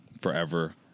forever